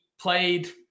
played